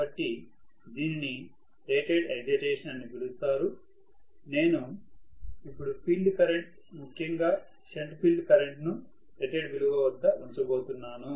కాబట్టి దీనిని rated excitation అని పిలుస్తారు నేను ఇప్పుడు ఫీల్డ్ కరెంట్ ముఖ్యంగా షంట్ ఫీల్డ్ కరెంట్ను రేటెడ్ విలువ వద్ద ఉంచబోతున్నాను